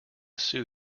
sue